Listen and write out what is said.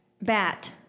Bat